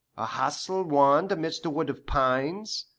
a hasle wand amidst a wood of pines,